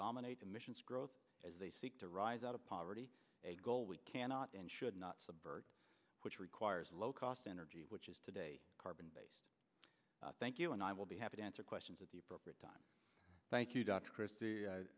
dominate emissions growth as they seek to rise out of poverty a goal we cannot and should not subvert which requires low cost energy which is today carbon based thank you and i will be happy to answer questions at the appropriate time thank you